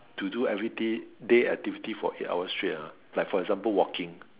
to do everyday day activitiy for eight hours straight ah like for example walking